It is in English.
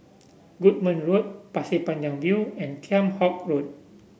Goodman Road Pasir Panjang View and Kheam Hock Road